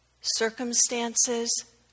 circumstances